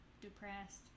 depressed